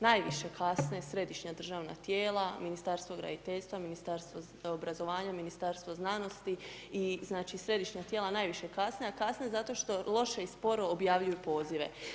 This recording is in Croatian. Najviše kasne središnja državna tijela, Ministarstvo graditeljstva, Ministarstvo obrazovanja, Ministarstvo znanosti i znači središnja tijela najviše kasne a kasne zato što loše i sporo objavljuju pozive.